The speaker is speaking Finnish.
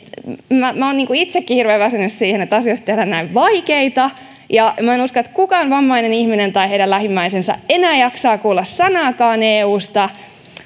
minä olen itsekin hirveän väsynyt siihen että asioista tehdään näin vaikeita minä en usko että kukaan vammainen ihminen tai hänen lähimmäisensä enää jaksaa kuulla sanaakaan eusta